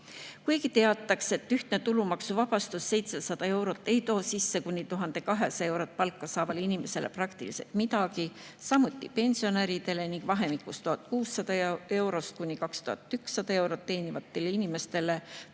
eurot. Teatakse, et ühtne tulumaksuvabastus 700 eurot ei too kuni 1200 eurot palka saavale inimesele sisse praktiliselt midagi, samuti pensionäridele, ning vahemikus 1600–2100 eurot teenivatele inimestele